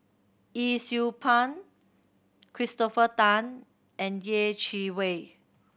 Yee Siew Pun Christopher Tan and Yeh Chi Wei